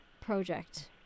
project